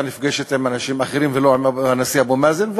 נפגשת עם אנשים אחרים ולא עם הנשיא אבו מאזן,